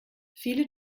viele